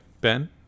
Ben